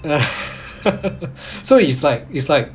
!hais! so it's like it's like